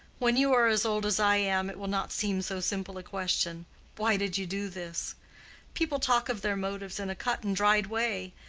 when you are as old as i am, it will not seem so simple a question why did you do this people talk of their motives in a cut and dried way.